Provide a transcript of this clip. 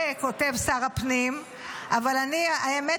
זה כותב שר הפנים אבל האמת,